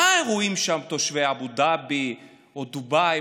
מה רואים שם תושבי אבו דאבי או דובאי,